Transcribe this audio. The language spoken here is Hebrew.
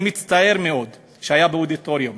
אני מצטער מאוד, היה באודיטוריום